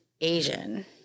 Asian